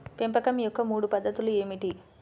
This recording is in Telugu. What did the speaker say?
పెంపకం యొక్క మూడు పద్ధతులు ఏమిటీ?